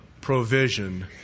provision